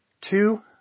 Two